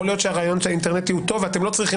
יכול להיות שהרעיון האינטרנטי הוא טוב ואתם לא צריכים